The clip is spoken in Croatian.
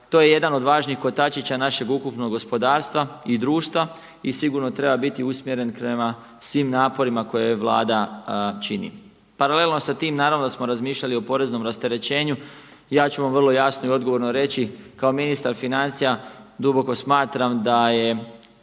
to je jedan od važnih kotačića našeg ukupnog gospodarstva i društva i sigurno treba biti usmjeren prema svim naporima koje Vlada čini. Paralelno s tim naravno da smo razmišljali o poreznom rasterećenju. Ja ću vam vrlo jasno i odgovorno reći kao ministar financija duboko smatram da je,